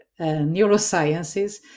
neurosciences